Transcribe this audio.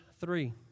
three